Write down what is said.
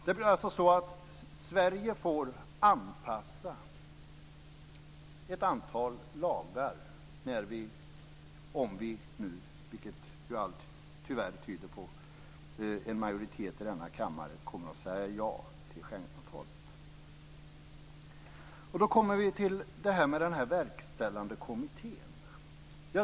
Det blir alltså så att Sverige får anpassa ett antal lagar om majoriteten i denna kammare, vilket allt tyvärr tyder på, kommer att säga ja till Schengenavtalet. Så kommer jag in på det här med den verkställande kommittén.